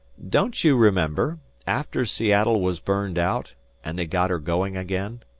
don't you remember after seattle was burned out and they got her going again?